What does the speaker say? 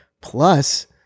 Plus